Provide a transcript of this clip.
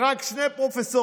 זה רק שני פרופסורים,